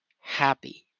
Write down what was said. happy